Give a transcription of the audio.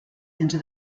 into